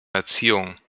erziehung